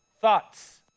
thoughts